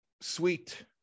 sweet